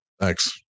Thanks